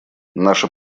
наше